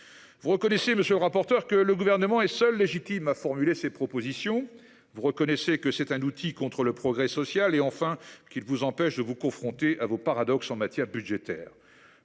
Vous reconnaissez, monsieur le rapporteur, que le Gouvernement est seul légitime à formuler certaines propositions. Vous reconnaissez que l’article 40 est un outil contre le progrès social et, enfin, qu’il vous empêche de vous confronter à vos paradoxes en matière budgétaire.